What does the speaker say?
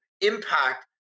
impact